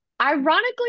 Ironically